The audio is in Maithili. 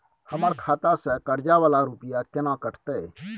हमर खाता से कर्जा वाला रुपिया केना कटते?